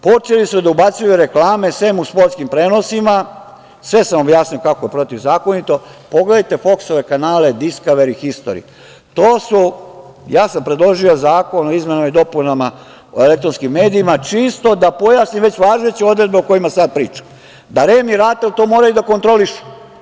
Počeli su da ubacuju reklame, sem u sportskim prenosima, sve sam objasnio kako protivzakonito, pogledajte foksove kanale "Diskaveri" i "Histori", to su, ja sam predložio zakon o izmenama i dopunama Zakona o elektronskim medijima čisto da pojasnim već važeće odredbe o kojima sada pričam, da REM i RATEL to moraju da kontrolišu.